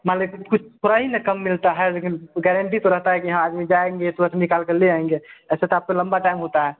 मान लीजिए कुछ थोड़ा ही ना कम मिलता है लेकिन गारंटी तो रहता है कि हाँ आदमी जाएँगे तुरत निकाल कर ले आएँगे ऐसा तो आपका लंबा टाइम होता है